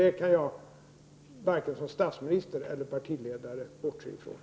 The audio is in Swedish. Det kan jag varken som statsminister eller partiledare bortse från.